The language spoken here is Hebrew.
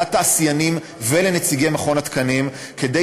לתעשיינים ולנציגי מכון התקנים כדי